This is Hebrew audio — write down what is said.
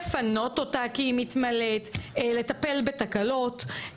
לפנות אותה כי היא מתמלאת, לטפל בתקלות.